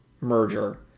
merger